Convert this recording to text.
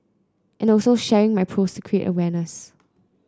and also sharing my post to create awareness